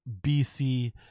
bc